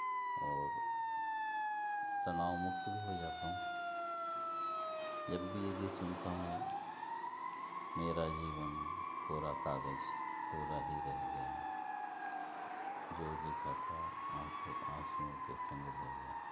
और तनाव मुक्त भी हो जाता हूँ जब भी ये गीत सुनता हूँ मेरा जीवन कोरा कागज़ कोरा ही रह गया जो लिखा था आँखों आँसुओं के संग बह गया